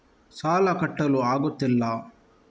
ಸಾಲ ಕಟ್ಟಲು ಆಗುತ್ತಿಲ್ಲ